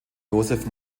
joseph